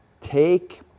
take